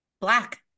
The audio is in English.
black